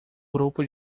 grupo